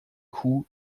kuh